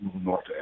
north